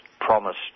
promised